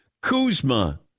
Kuzma